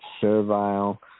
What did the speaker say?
Servile